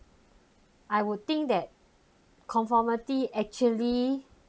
I would think that conformity actually